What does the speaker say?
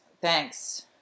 thanks